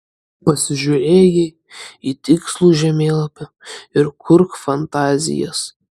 pasižiūrėjai į tikslų žemėlapį ir kurk fantazijas